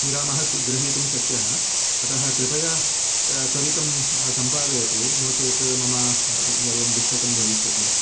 विरामः स्व ग्रहीतुं शक्यः अतः कृपया त त्वरितं सम्पादयतु नो चेत् मम सर्वं दुश्यकं भविष्यति